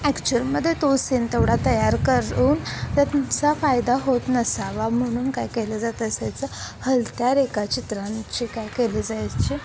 ॲक्च्युअलमध्ये तो सीन तेवढा तयार करून त्या तुमचा फायदा होत नसावा म्हणून काय केलं जात असायचं हलत्या रेखा चित्रांची काय केली जायची